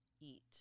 eat